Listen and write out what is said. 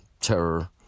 terror